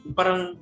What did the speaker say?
parang